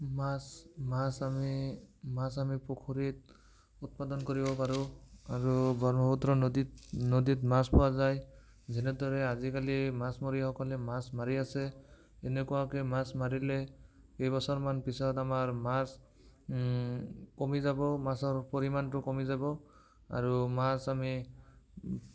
মাছ মাছ আমি মাছ আমি পুখুৰীত উৎপাদন কৰিব পাৰোঁ আৰু ব্ৰহ্মপুত্ৰ নদীত নদীত মাছ পোৱা যায় যেনেদৰে আজিকালি মাছমৰীয়াসকলে মাছ মাৰি আছে তেনেকৈ মাছ মাৰিলে কেইবছৰমান পিছত আমাৰ মাছ কমি যাব মাছৰ পৰিমাণটো কমি যাব আৰু মাছ আমি